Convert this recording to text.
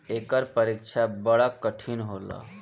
एकर परीक्षा बड़ा कठिन होला